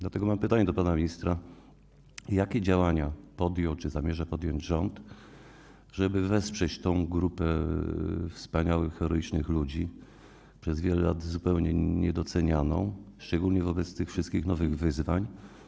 Dlatego mam pytanie do pana ministra: Jakie działania podjął czy zamierza podjąć rząd, żeby wesprzeć tę grupę wspaniałych, heroicznych ludzi, przez wiele lat zupełnie niedocenianą, szczególnie wobec tych wszystkich nowych wyzwań?